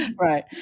Right